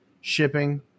shipping